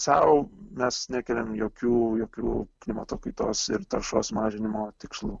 sau mes nekeliam jokių jokių klimato kaitos ir taršos mažinimo tikslų